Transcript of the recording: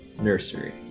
nursery